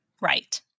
right